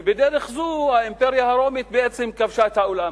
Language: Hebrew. ובדרך זו האימפריה הרומית בעצם כבשה את העולם,